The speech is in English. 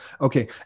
Okay